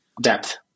Depth